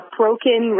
broken